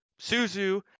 Suzu